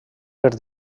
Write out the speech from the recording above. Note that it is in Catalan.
per